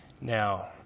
Now